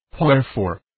Wherefore